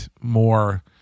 more